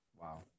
Wow